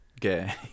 Gay